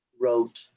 wrote